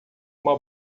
uma